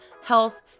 health